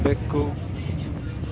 ಬೆಕ್ಕು